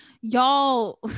y'all